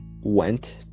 went